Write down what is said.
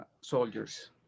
soldiers